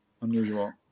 Unusual